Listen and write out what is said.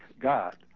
god